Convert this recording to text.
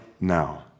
now